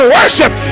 worship